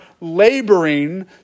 laboring